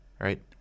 right